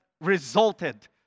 resulted